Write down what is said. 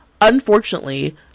Unfortunately